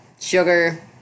Sugar